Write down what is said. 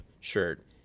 shirt